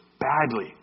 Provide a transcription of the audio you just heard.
badly